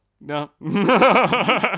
no